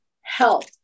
health